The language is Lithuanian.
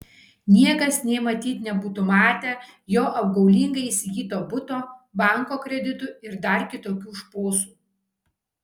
niekas nė matyt nebūtų matę jo apgaulingai įsigyto buto banko kreditų ir dar kitokių šposų